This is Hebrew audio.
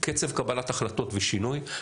קצב קבלת החלטות ושינוי,